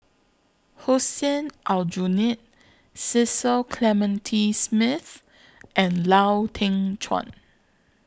Hussein Aljunied Cecil Clementi Smith and Lau Teng Chuan